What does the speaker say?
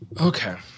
Okay